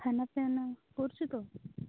ଖାନା ପିନା କରୁଛୁ ତ